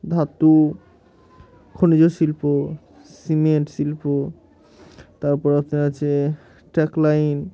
ধাতু খনিজ শিল্প সিমেন্ট শিল্প তারপর আপনার আছে ট্যাগলাইন